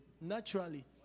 Naturally